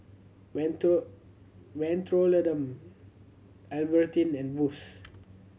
Mentholatum Albertini and Boost